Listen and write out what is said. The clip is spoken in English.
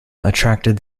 attracted